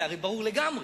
זה הרי ברור לגמרי.